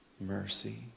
Mercy